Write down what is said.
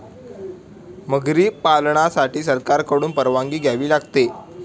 मगरी पालनासाठी सरकारकडून परवानगी घ्यावी लागते